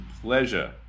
pleasure